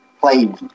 played